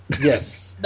Yes